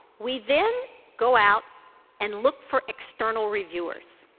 we then go out and look for external reviewers.